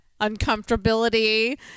uncomfortability